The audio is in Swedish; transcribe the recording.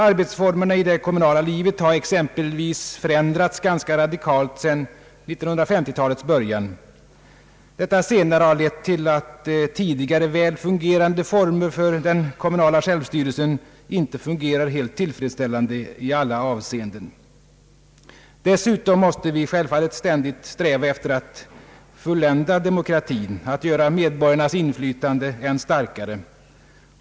Arbetsformerna i det kommunala livet har exempelvis förändrats ganska radikalt sedan 1950-talets början. Detta har lett till att tidigare väl fungerande former för den kommunala självstyrelsen inte fungerar helt tillfredsställande i alla avseenden. Dessutom måste vi självfallet ständigt sträva efter att fullända demokratin, att göra medborgarnas inflytande än starkare.